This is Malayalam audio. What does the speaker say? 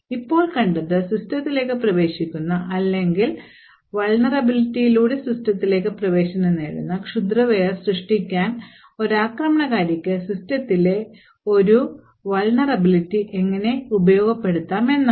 ഇപ്പോൾ കണ്ടത് സിസ്റ്റത്തിലേക്ക് പ്രവേശിക്കുന്ന അല്ലെങ്കിൽ vulnerabilityലൂടെ സിസ്റ്റത്തിലേക്ക് പ്രവേശനം നേടുന്ന ക്ഷുദ്രവെയർ സൃഷ്ടിക്കാൻ ഒരു ആക്രമണകാരിക്ക് സിസ്റ്റത്തിലെ ഒരു vulnerability എങ്ങിനെ ഉപയോഗപ്പെടുത്താം എന്നാണ്